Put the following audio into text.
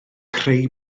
creu